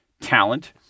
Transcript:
Talent